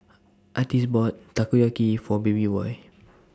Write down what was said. Artis bought Takoyaki For Babyboy